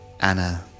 Anna